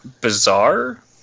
bizarre